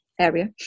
area